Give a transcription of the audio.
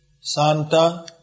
Santa